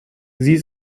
sie